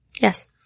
Yes